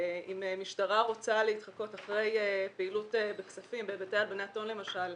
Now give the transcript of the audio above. אם משטרה רוצה להתחקות אחרי פעילות בכספים בהיבטי הלבנת הון למשל,